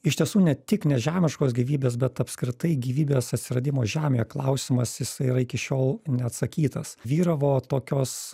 iš tiesų ne tik nežemiškos gyvybės bet apskritai gyvybės atsiradimo žemėje klausimas jisai yra iki šiol neatsakytas vyravo tokios